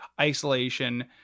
isolation